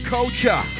Culture